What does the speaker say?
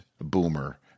Boomer